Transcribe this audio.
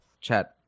chat